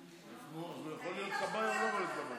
נו, הוא יכול להיות כבאי או לא יכול להיות כבאי?